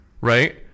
Right